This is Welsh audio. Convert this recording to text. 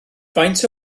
faint